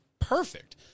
perfect